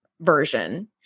version